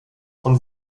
von